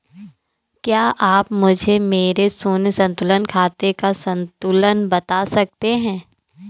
क्या आप मुझे मेरे शून्य संतुलन खाते का संतुलन बता सकते हैं?